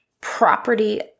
property